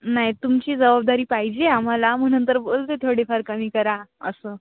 नाही तुमची जवाबदारी पाहिजे आहे आम्हाला म्हणून तर बोलते थोडेफार कमी करा असं